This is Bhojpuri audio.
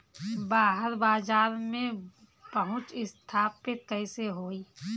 बाहर बाजार में पहुंच स्थापित कैसे होई?